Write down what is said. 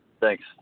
Thanks